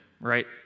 right